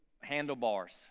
handlebars